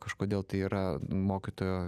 kažkodėl tai yra mokytojo